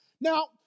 Now